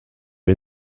are